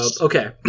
Okay